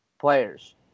players